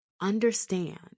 understand